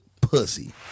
pussy